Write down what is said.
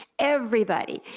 everybody,